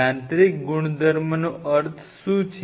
યાંત્રિક ગુણધર્મનો અર્થ શું છે